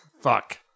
fuck